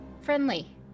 friendly